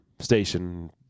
station